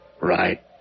Right